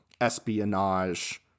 espionage